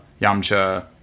Yamcha